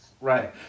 Right